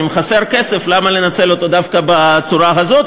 אם חסר כסף, למה לנצל אותו דווקא בצורה הזאת?